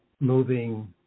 moving